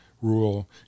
rule